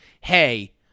Hey